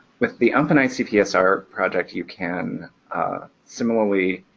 with the openicpsr project you can similarly